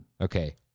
Okay